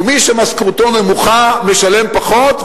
ומי שמשכורתו נמוכה משלם פחות,